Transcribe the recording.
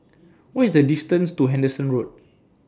What IS The distance to Henderson Road